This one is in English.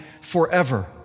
forever